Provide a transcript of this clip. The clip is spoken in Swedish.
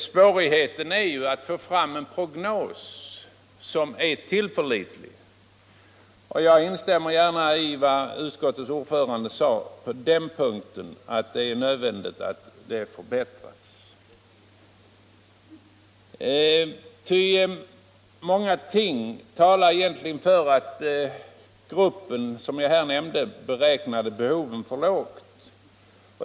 Svårigheten är ju att få fram en prognos som är tillförlitlig, och jag instämmer gärna i vad utskottets ordförande sade på den punkten. Det är nödvändigt att prognosmaterialet förbättras. Mycket talar nämligen för att arbetsgruppen som jag nyss nämnde beräknade behoven för lågt.